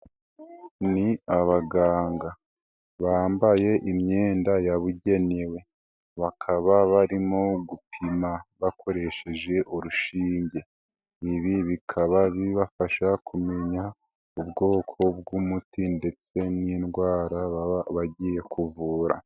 Ni abaganga, bambaye imyenda yabugenewe, bakaba barimo gupima bakoresheje urushinge, ibi bikaba bibafasha kumenya ubwoko bw'umuti ndetse n'indwara baba bagiye kuvura.